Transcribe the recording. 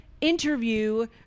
interview